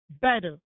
better